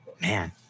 man